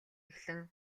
эхлэн